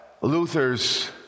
Luther's